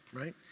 right